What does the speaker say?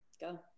go